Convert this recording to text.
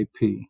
IP